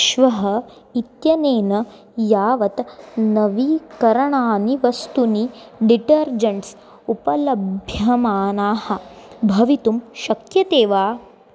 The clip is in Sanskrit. श्वः इत्यनेन यावत् नवीकरणानि वस्तुनि डिटर्जेण्ट्स् उपलभ्यमानाः भवितुं शक्यते वा